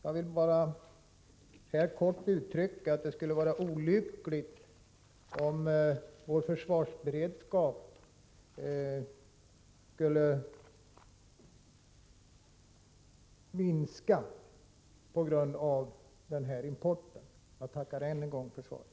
Jag vill här bara kort uttrycka att det skulle vara olyckligt om vår försvarsberedskap minskade på grund av skoimporten från Tjeckoslovakien. Jag tackar än en gång för svaret.